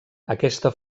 aquesta